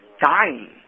dying